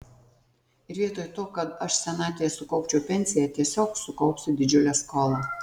ir vietoj to kad aš senatvėje sukaupčiau pensiją tiesiog sukaupsiu didžiulę skolą